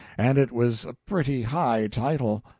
and it was a pretty high title.